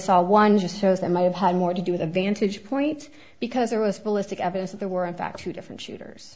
saw one just shows that might have had more to do with a vantage point because there was ballistic evidence that there were in fact two different shooters